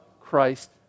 Christ